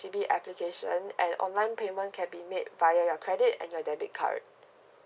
H_D_B application and online payment can be made via your credit and your debit card